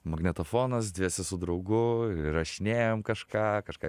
magnetofonas dviese su draugu įrašinėjom kažką kažką